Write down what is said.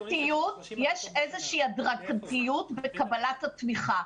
יש איזה שהיא הדרגתיות בקבלת התמיכה,